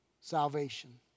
salvation